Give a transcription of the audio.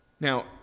Now